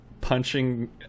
punching